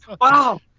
wow